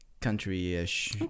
country-ish